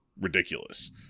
ridiculous